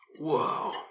Whoa